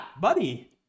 Buddy